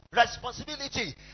Responsibility